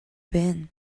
been